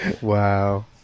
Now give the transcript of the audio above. Wow